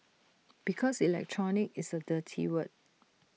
because electronic is A dirty word